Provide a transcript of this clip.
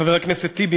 חבר הכנסת טיבי,